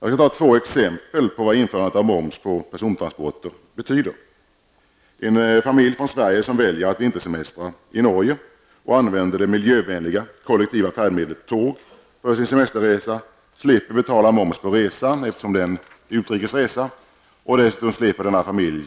Jag skall ta två exempel på vad införandet av moms på persontransporter betyder. En familj från Sverige som väljer att vintersemestra i Norge, och använder det miljövänliga kollektiva färdmedlet tåg för sin semesterresa, slipper betala moms på resan eftersom det är en utrikes resa. Dessutom slipper denna familj